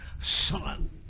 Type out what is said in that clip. son